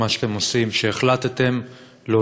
את מה שאתם עושים,